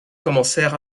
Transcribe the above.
commencèrent